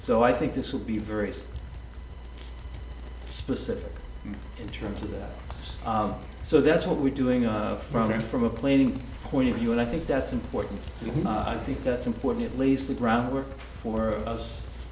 so i think this will be very specific in terms of so that's what we're doing of from going from a planning point of view and i think that's important not i think that's important at least the groundwork for us